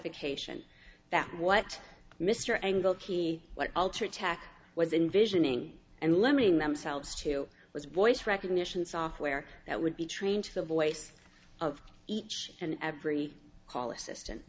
ication that what mr angle key what culture tac was envisioning and limiting themselves to was voice recognition software that would be trained to the voice of each and every call assistant